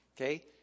Okay